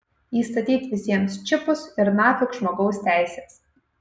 įstatyt visiems čipus ir nafik žmogaus teisės